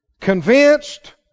Convinced